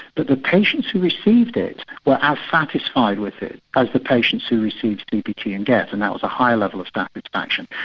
but the patients who received it were as satisfied with it as the patients who received cbt and get, and that was a high level of satisfaction.